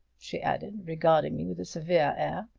she added, regarding me with a severe air,